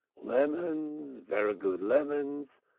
lemans, verra good lemans,